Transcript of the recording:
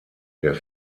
der